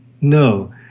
No